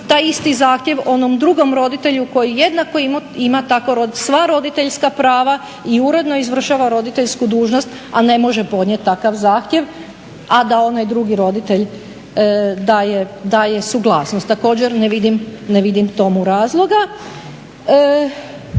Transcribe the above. taj isti zahtjev onom drugom roditelju koji jednako ima tako sva roditeljska prava i uredno izvršava roditeljsku dužnost, a ne može podnijeti takav zahtjev, a da onaj drugi roditelj daje suglasnost. Također, ne vidim tomu razloga.